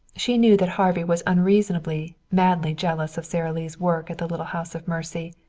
she knew that harvey was unreasonably, madly jealous of sara lee's work at the little house of mercy,